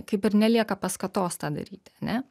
kaip ir nelieka paskatos tą daryti ar ne